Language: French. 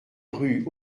rue